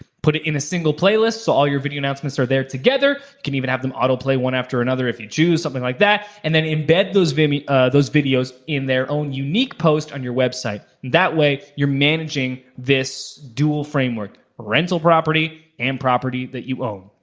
put it in a single playlist so all your video announcements are there together, you can have them auto play one after another if you choose, something like that, and then embed those videos those videos in their own unique post on your website and that way you're managing this dual framework rental property and property that you own.